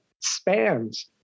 spans